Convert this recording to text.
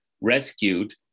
rescued